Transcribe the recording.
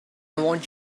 want